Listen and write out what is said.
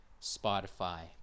Spotify